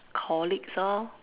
colleagues lor